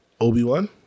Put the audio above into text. Obi-Wan